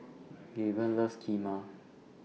Gaven loves Kheema